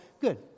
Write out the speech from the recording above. Good